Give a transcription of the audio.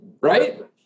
Right